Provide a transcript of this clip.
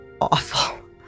awful